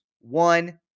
one